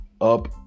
up